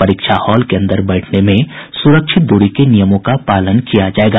परीक्षा हॉल के अंदर बैठने में सुरक्षित दूरी के नियमों का पालन किया जायेगा